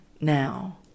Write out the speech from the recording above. Now